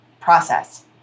process